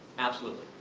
absolutely.